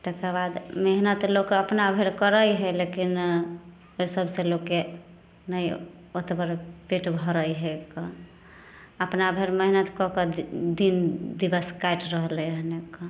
तकर बाद मेहनत लोक अपना भरि करै हइ लेकिन ओहि सभसँ लोकके नहि ओते बर पेट भरै हइ कऽ अपना भरि मेहनत कऽ कऽ दिन दिवस काटि रहलै हइ कऽ